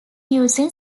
using